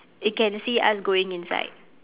it can see us going inside